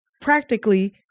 practically